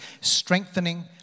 strengthening